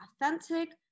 authentic